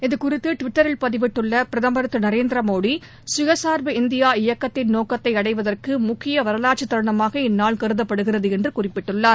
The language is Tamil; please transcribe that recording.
இது குறித்து டுவிட்டரில் பதிவிட்டுள்ள பிரதமர் திரு நரேந்திர மோதி சுயசார்பு இந்தியா இயக்கத்தின் நோக்கத்தை அடைவதற்கு முக்கிய வரலாற்று தருணமாக இந்நாள் கருதப்படுகிறது என்று குறிப்பிட்டுள்ளார்